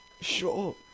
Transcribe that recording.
Sure